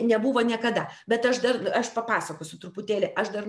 nebuvo niekada bet aš dar aš papasakosiu truputėlį aš dar